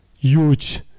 huge